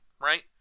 right